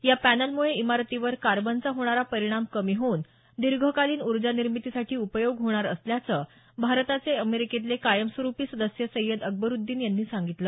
या पॅनलम्रळे इमारतीवर कार्बनचा होणारा परिणाम कमी होऊन दीर्घकालिन ऊर्जानिर्मितीसाठी उपयोग होणार असल्याचं भारताचे अमेरिकेतले कायमस्वरुपी सदस्य सय्यद अकबरुद्दीन यांनी सांगितलं